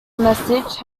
message